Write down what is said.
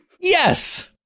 Yes